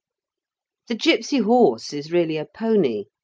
the gipsy horse is really a pony.